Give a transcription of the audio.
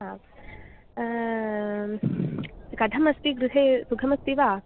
हा कथमस्ति गृहे सुखमस्ति वा